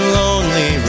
lonely